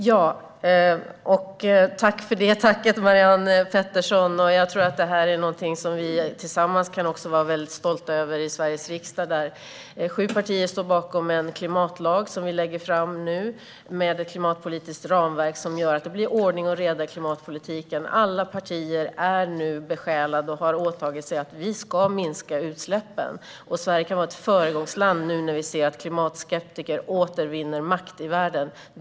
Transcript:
Fru talman! Tack för det tacket, Marianne Pettersson! Det här är någonting som vi i Sveriges riksdag tillsammans kan vara stolta över. Det är sju partier som står bakom en klimatlag som vi lägger fram nu med ett klimatpolitiskt ramverk som gör att det blir ordning och reda i klimatpolitiken. Alla partier är nu besjälade och har åtagit sig att utsläppen ska minska. Sverige kan vara ett föregångsland nu när vi ser att klimatskeptiker åter vinner makt i världen.